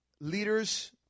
leaders